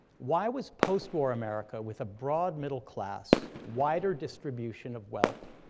why was postwar america, with a broad middle class, wider distribution of wealth,